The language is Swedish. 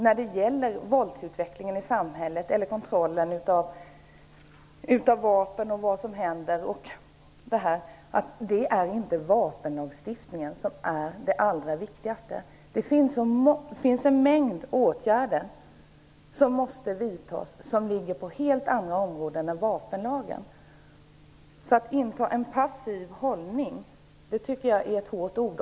När det gäller våldsutvecklingen i samhället eller kontrollen av vapen och av utvecklingen tycker vi i Vänsterpartiet inte att vapenlagstiftningen är det allra viktigaste. En mängd åtgärder måste vidtas, men på helt andra områden än på vapenlagens område. Att vi skulle inta en passiv hållning tycker jag är hårda ord.